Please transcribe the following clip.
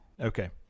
Okay